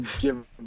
give